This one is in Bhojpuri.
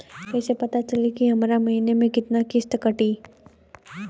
कईसे पता चली की हमार महीना में कितना किस्त कटी?